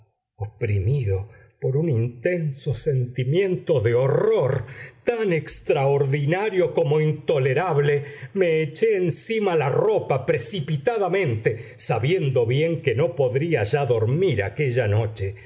oprimido por un intenso sentimiento de horror tan extraordinario como intolerable me eché encima la ropa precipitadamente sabiendo bien que no podría ya dormir aquella noche